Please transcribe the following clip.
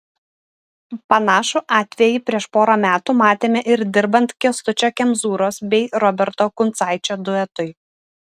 panašų atvejį prieš porą metų matėme ir dirbant kęstučio kemzūros bei roberto kuncaičio duetui